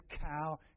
cow